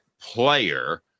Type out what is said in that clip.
player